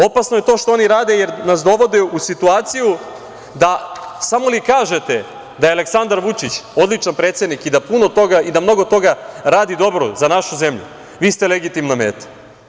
Opasno je to što oni rade, jer nas dovode u situaciju da samo li kažete da je Aleksandar Vučić odličan predsednik i da puno toga i da mnogo toga radi dobro za našu zemlju, vi ste legitimna meta.